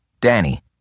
Danny